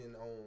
on